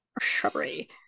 Shrubbery